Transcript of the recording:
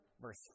verse